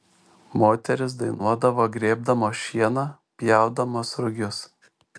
moterys dainuodavo grėbdamos šieną pjaudamos rugius